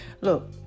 Look